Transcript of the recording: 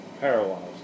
paralyzed